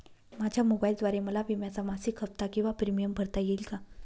माझ्या मोबाईलद्वारे मला विम्याचा मासिक हफ्ता किंवा प्रीमियम भरता येईल का?